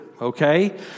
Okay